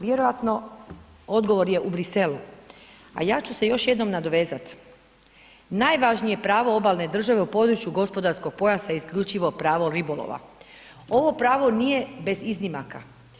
Vjerojatno odgovor je u Bruxellesu, a ja ću se još jednom nadovezat, najvažnije pravo obalne države u području gospodarskog pojasa je isključivo pravo ribolova, ovo pravo nije bez iznimaka.